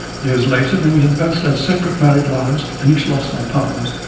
years later, when we had both led separate married lives and each lost our partners,